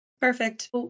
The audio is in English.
Perfect